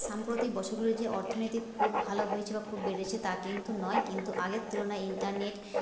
সাম্প্রতিক বছরগুলোর যে অর্থনৈতিক খুব ভালো হয়েছে বা খুব বেড়েছে তা কিন্তু নয় কিন্তু আগের তুলনায় ইন্টারনেট